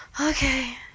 okay